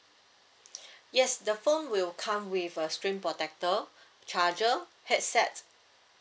yes the phone will come with a screen protector charger headset